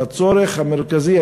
והצורך המרכזי,